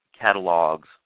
catalogs